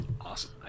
awesome